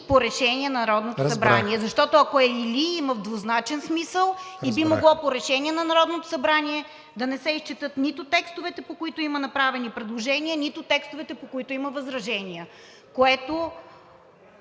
ВИГЕНИН: Разбрах. РОСИЦА КИРОВА: Защото, ако е „или“ има двузначен смисъл и би могло по решение на Народното събрание да не се изчетат нито текстовете, по които има направени предложения, нито тестовете, по които има възражения, което